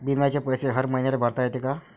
बिम्याचे पैसे हर मईन्याले भरता येते का?